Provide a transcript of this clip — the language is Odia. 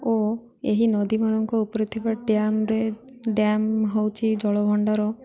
ଓ ଏହି ନଦୀମାନଙ୍କ ଉପରେ ଥିବା ଡ୍ୟାାମ୍ରେ ଡ୍ୟାମ୍ ହେଉଛି ଜଳଭଣ୍ଡାର